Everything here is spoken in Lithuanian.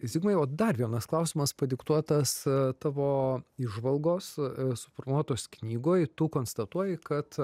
zigmai o dar vienas klausimas padiktuotas tavo įžvalgos suformuotos knygoj tu konstatuoji kad